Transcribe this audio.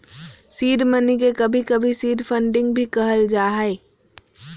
seed money के कभी कभी सीड फंडिंग भी कहल जा हय